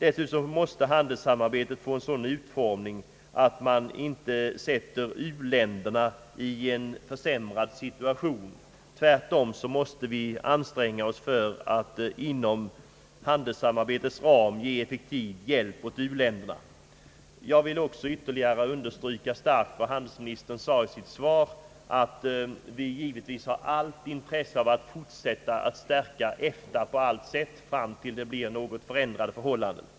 Dessutom måste handelssamarbetet få en sådan utformning att man inte sätter u-länderna i en försämrad situation. Tvärtom måste vi anstränga oss för att inom handelssamarbetets ram ge effektiv hjälp åt u-länderna. Jag vill också ytterligare starkt understryka vad handelsministern sade i sitt svar att vi givetvis har allt intresse av att fortsätta att stärka EFTA tills det blir förändrade förhållanden.